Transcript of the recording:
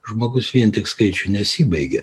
žmogus vien tik skaičiu nesibaigia